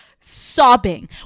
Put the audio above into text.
sobbing